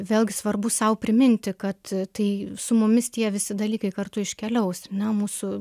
vėlgi svarbu sau priminti kad tai su mumis tie visi dalykai kartu iškeliaus na mūsų